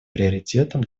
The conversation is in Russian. приоритетом